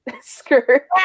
skirt